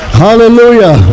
hallelujah